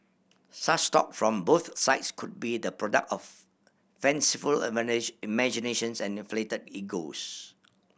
such talk from both sides could be the product of fanciful imaginations and inflated egos